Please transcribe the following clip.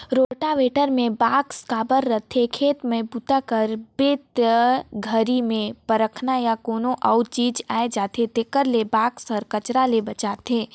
rotavator म box cover रहिथे, खेत में बूता करबे ते घरी में पखना या कोनो अउ चीज आये जाथे तेखर ले बक्सा हर कचरा ले बचाथे